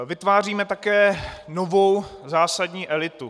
Vytváříme také novou zásadní elitu.